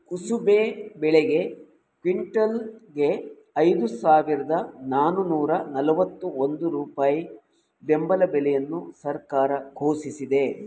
ಕುಸುಬೆ ಬೆಳೆಗೆ ಕ್ವಿಂಟಲ್ಗೆ ಐದು ಸಾವಿರದ ನಾನೂರ ನಲ್ವತ್ತ ಒಂದು ರೂಪಾಯಿ ಬೆಂಬಲ ಬೆಲೆಯನ್ನು ಸರ್ಕಾರ ಘೋಷಿಸಿದೆ